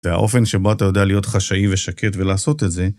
והאופן שבה אתה יודע להיות חשאי ושקט ולעשות את זה